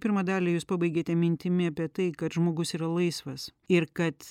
pirmą dalį jūs pabaigėte mintimi apie tai kad žmogus yra laisvas ir kad